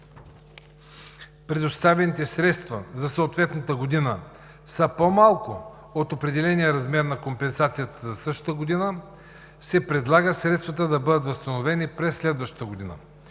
предоставените средства за съответната година са по-малко от определения размер на компенсацията за същата година, се предлага средствата да бъдат възстановени през следващата година.